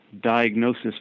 diagnosis